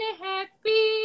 happy